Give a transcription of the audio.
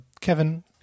Kevin